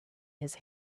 his